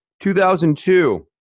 2002